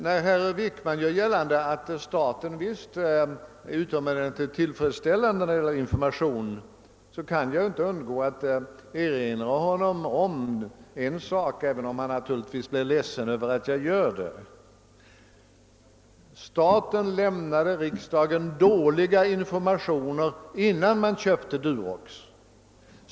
När herr Wickman gör gällande att staten lämnar en utomordentligt tillfredsställande information, kan jag inte undgå att erinra honom om en sak, även om han naturligtvis blir ledsen över att jag gör det. Staten lämnade riksdagen dåliga informationer innän man köpte Durox.